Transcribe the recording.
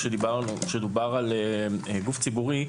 כאשר דובר על גוף ציבורי,